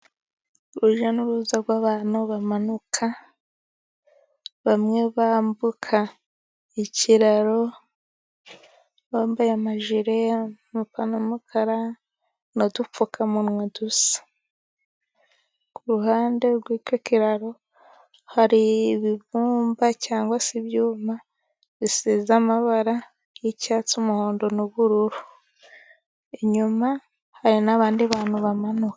Urujya n'uruza rw'abantu bamanuka, bamwe bambuka ikiraro bambaye amajire, amapantaro y'umukara, n'udupfukamunwa dusa. Ku ruhande rw'icyo kiraro hari ibibumba cyangwa se ibyuma bisize amabara y'icyatsi, umuhondo n'bururu, inyuma hari n'abandi bantu bamanuka.